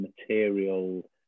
material